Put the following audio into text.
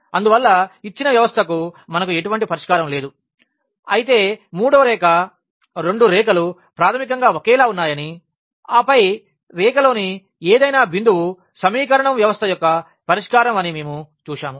అందువల్ల ఇచ్చిన వ్యవస్థకు మనకు ఎటువంటి పరిష్కారం లేదు అయితే మూడవ రేఖ రెండు రేఖలు ప్రాథమికంగా ఒకేలా ఉన్నాయని ఆపై రేఖ లోని ఏదైనా బిందువు సమీకరణం వ్యవస్థ యొక్క పరిష్కారం అని మేము చూశాము